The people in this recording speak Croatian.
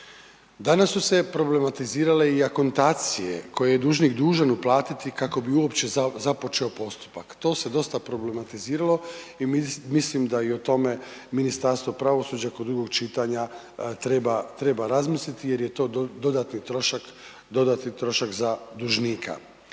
Danas su se problematizirale i akontacije, koje je dužnik dužan uplatiti kako bi uopće započeo postupak. To se dosta problematiziralo i mislim da i o tome Ministarstvo pravosuđa, kod drugog čitanja treba razmisliti jer je to dodatni trošak za dužnika.